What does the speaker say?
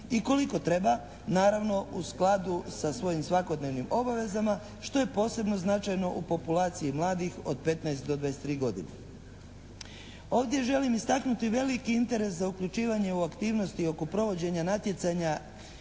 i koliko treba, naravno u skladu sa svojim svakodnevnim obavezama što je posebno značajno u populaciji mladih od petnaest do dvadeset i tri godine. Ovdje želim istaknuti veliki interes za uključivanje u aktivnosti oko provođenja natjecanja